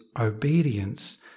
obedience